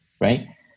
right